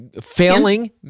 Failing